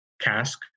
cask